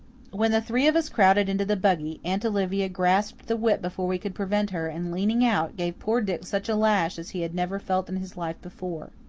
when the three of us crowded into the buggy, aunt olivia grasped the whip before we could prevent her and, leaning out, gave poor dick such a lash as he had never felt in his life before.